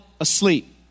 asleep